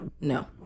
No